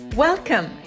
Welcome